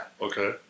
Okay